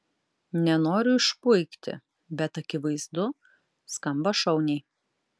nenoriu išpuikti bet akivaizdu skamba šauniai